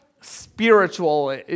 spiritual